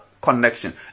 connection